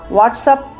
WhatsApp